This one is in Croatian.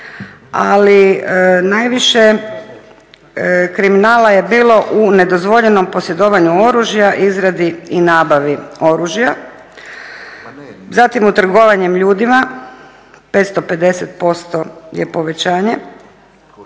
ali najviše kriminala je bilo u nedozvoljenom posjedovanju oružja, izradi i nabavi oružja, zatim u trgovanju ljudima 550% je povećanje.